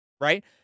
Right